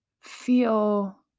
feel